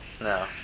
No